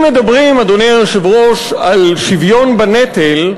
אם מדברים, אדוני היושב-ראש, על שוויון בנטל,